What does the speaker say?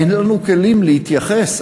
אין לנו כלים להתייחס,